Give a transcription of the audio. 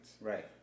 right